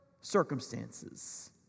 circumstances